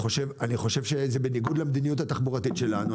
אני חושב שזה בניגוד למדיניות התחבורתית שלנו,